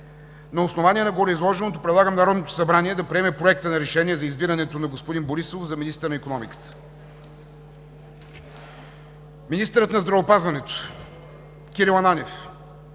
На основание на гореизложеното предлагам Народното събрание да приеме Проекта на решение за избирането на господин Борисов за министър на икономиката. Министърът на здравеопазването Кирил Ананиев